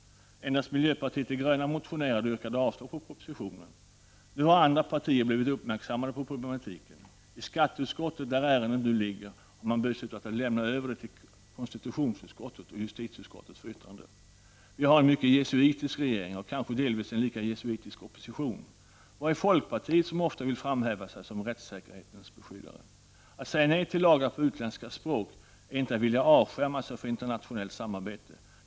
Endast miljöpartiet de gröna motionerade och yrkade avslag på propositionen. Nu har andra partier blivit uppmärksammade på problematiken. I skatteutskottet, där ärendet nu ligger, har man beslutat att lämna över det till konstitutionsutskottet och justitieutskottet för yttrande. Vi har en mycket jesuitisk regering och kanske delvis en lika jesuitisk opposition. Vad gör folkpartiet som ofta vill framhäva sig som rättssäkerhetens beskyddare? Att säga nej till lagar på utländska språk är inte detsamma som att vilja avskärma sig från internationellt samarbete.